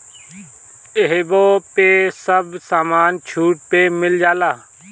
इहवा पे सब समान छुट पे मिल जाला